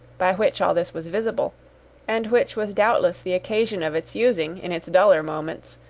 by which all this was visible and which was doubtless the occasion of its using, in its duller moments,